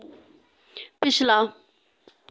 पिछला